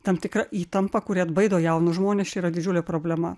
tam tikra įtampa kuri atbaido jaunus žmones čia yra didžiulė problema